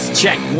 check